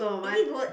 is it good